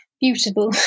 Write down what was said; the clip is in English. beautiful